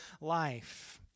life